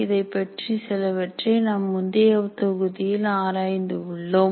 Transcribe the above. இதைப்பற்றி சிலவற்றை நாம் முந்தைய தொகுதியில் ஆராய்ந்து உள்ளோம்